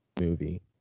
movie